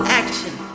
action